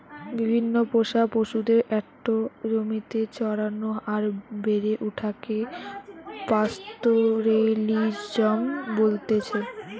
বিভিন্ন পোষা পশুদের একটো জমিতে চরানো আর বেড়ে ওঠাকে পাস্তোরেলিজম বলতেছে